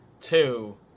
Two